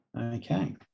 Okay